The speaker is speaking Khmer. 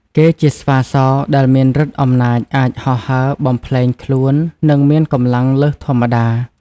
គេជាស្វាសដែលមានឫទ្ធិអំណាចអាចហោះហើរ បំប្លែងខ្លួន និងមានកម្លាំងលើសធម្មតា ។